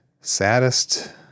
saddest